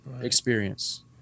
experience